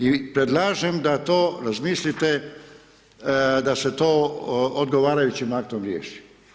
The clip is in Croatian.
I predlažem da to razmislite da se to odgovarajućim aktom riješi.